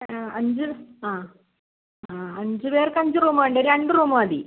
ആ അഞ്ച് ആ ആ അഞ്ച് പേർക്ക് അഞ്ച് റൂം വേണ്ട ഒര് രണ്ട് റൂം മതി